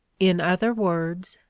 in other words,